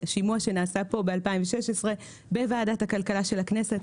שימוע שנעשה פה ב-2016 בוועדת הכלכלה של הכנסת.